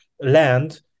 land